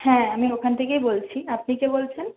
হ্যাঁ আমি ওখান থেকেই বলছি আপনি কে বলছেন